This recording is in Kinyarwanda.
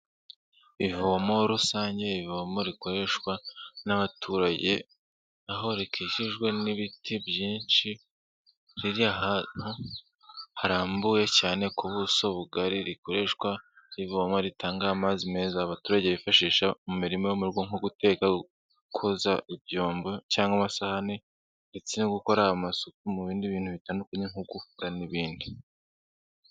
Ivomo rusange rivoma rikoreshwa n'abaturage aho rikijijwe n'ibiti byinshi riri ahantu harambuye cyane ku buso bugari, rikoreshwa rivoma, ritanga amazi meza abaturage bifashisha mu mirima yo mugo, nko guteka, koza ibyombo cyangwa amasahani ndetse no gukora amasuku mu bindi bintu bitandukanye nko koga n'ibindi.